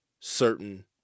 certain